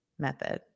method